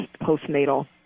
postnatal